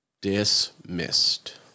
Dismissed